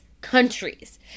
countries